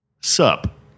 Sup